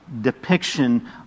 depiction